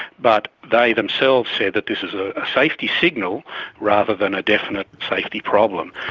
but they themselves said that this is a safety signal rather than a definite safety problem.